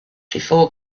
before